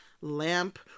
lamp